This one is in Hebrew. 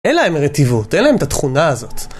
אין להם רטיבות, אין להם את התכונה הזאת.